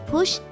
Push